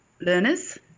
learners